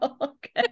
Okay